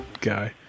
guy